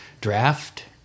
draft